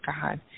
God